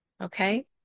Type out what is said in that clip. okay